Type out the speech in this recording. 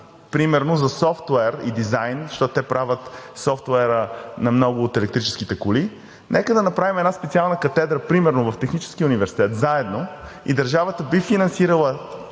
например за софтуер и дизайн, защото те правят софтуера на много от електрическите коли. Нека да направим една специална катедра, например в Техническия университет, заедно, и държавата би финансирала